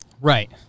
right